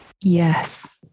Yes